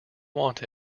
want